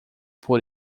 por